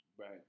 Right